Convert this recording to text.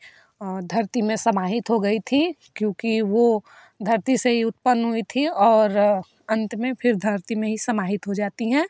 धरती में समाहित हो गई थी क्योंकि वह धरती से ही उत्पन्न हुई थी और अंत में फिर धरती में ही समाहित हो जाती हैं